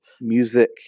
music